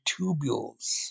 tubules